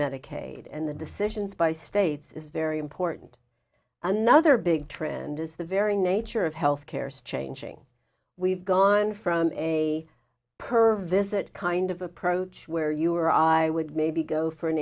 medicaid and the decisions by states is very important another big trend is the very nature of health care such a inching we've gone from a per visit kind of approach where you or i would maybe go for an